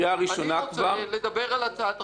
אני רוצה לדבר על הצעת החוק הזו,